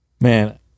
Man